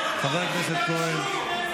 חבר הכנסת כהן.